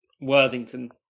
Worthington